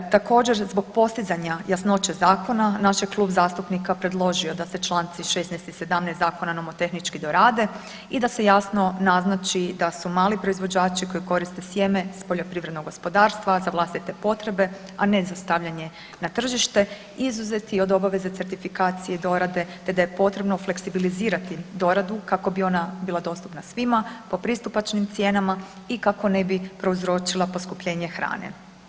Također, zbog postizanja jasnoće zakona, naš je klub zastupnika predložio da se čl. 16 i 17 Zakona nomotehnički dorade i da se jasno naznači da su mali proizvođači koji koriste sjeme s poljoprivrednog gospodarstva za vlastite potrebe, a ne za stavljanje na tržište, izuzeti od obaveze certifikacije, dorade te da je potrebno fleksibilizirati doradu kako bi ona bila dostupna svima po pristupačnim cijenama i kako ne bi prouzročila poskupljenje hrane.